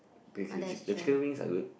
with with the chicken wings are good